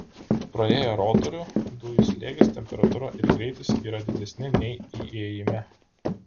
praėję rotorių dujų slėgis temperatūra ir greitis yra didesni nei įėjime